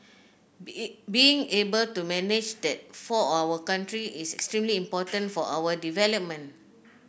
be being able to manage that for our country is extremely important for our development